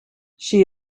she